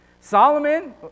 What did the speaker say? Solomon